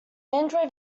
android